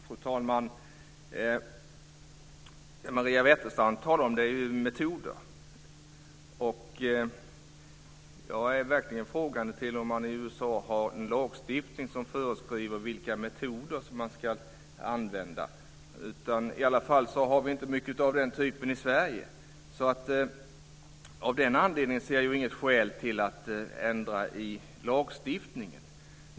Fru talman! Maria Wetterstrand talar om metoder. Jag ställer mig verkligen frågande till om man i USA har en lagstiftning som föreskriver vilka metoder som ska användas. Vi har inte mycket av den typen i Sverige. Av den anledningen ser jag inget skäl till att ändra i lagstiftningen.